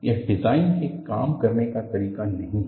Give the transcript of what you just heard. यह डिजाइन के काम करने का तरीका नहीं है